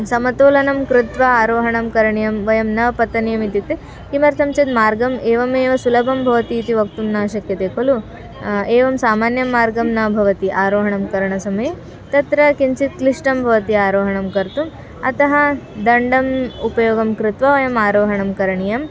समतोलनं कृत्वा आरोहणं करणीयं वयं न पतनीयम् इत्युक्ते किमर्थं चेत् मार्गः एवमेव सुलभः भवति इति वक्तुं न शक्यते खलु एवं सामान्यः मार्गः न भवति आरोहणकरणसमये तत्र किञ्चित् क्लिष्टं भवति आरोहणं कर्तुम् अतः दण्डम् उपयोगं कृत्वा वयम् आरोहणं करणीयम्